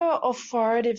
authoritative